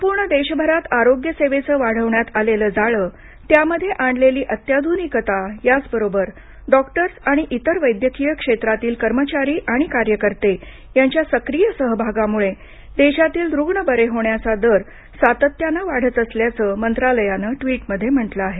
संपूर्ण देशभरात आरोग्य सेवेचं वाढविण्यात आलेलं जाळं त्यामध्ये आणलेली अत्याधुनिकता याचबरोबर डॉक्टर्स आणि इतर वैद्यकीय क्षेत्रातील कर्मचारी आणि कार्यकर्ते यांच्या सक्रीय सहभागामुळे देशातील रुग्ण बरे होण्याचा दर सातत्यानं कमी होत असल्याचं मंत्रालयानं ट्वीटमध्ये म्हटलं आहे